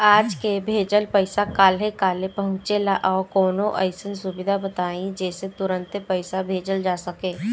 आज के भेजल पैसा कालहे काहे पहुचेला और कौनों अइसन सुविधा बताई जेसे तुरंते पैसा भेजल जा सके?